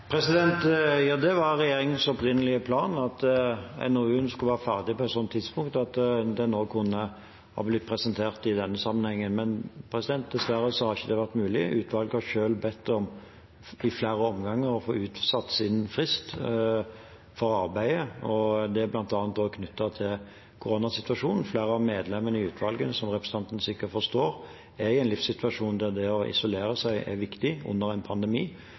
Det var regjeringens opprinnelige plan at NOU-en skulle være ferdig på et sånt tidspunkt at den også kunne ha blitt presentert i denne sammenhengen, men dessverre har ikke det vært mulig. Utvalget har selv bedt om, i flere omganger, å få utsatt sin frist for arbeidet. Det er bl.a. knyttet til koronasituasjonen. Flere av medlemmene i utvalget er, som representanten sikkert forstår, i en livssituasjon der det å isolere seg er viktig under en pandemi,